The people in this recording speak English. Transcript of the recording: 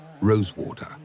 rosewater